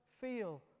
feel